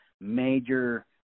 major